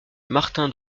martin